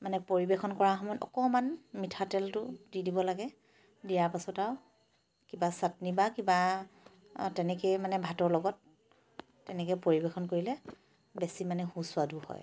মানে পৰিৱেশন কৰা সময়ত অকণমান মিঠাতেলটো দি দিব লাগে দিয়াৰ পাছত আৰু কিবা চাটনি বা কিবা তেনেকেই মানে ভাতৰ লগত তেনেকৈ পৰিৱেশন কৰিলে বেছি মানে সুস্বাদু হয়